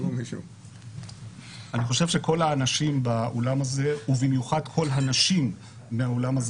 אני חושב שכל האנשים באולם הזה ובמיוחד כל הנשים באולם הזה